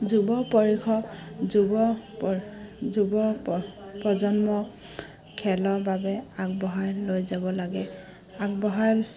যুৱ পৰীষদ যুৱ প যুৱ প প্ৰজন্মক খেলৰ বাবে আগবঢ়াই লৈ যাব লাগে আগবঢ়াই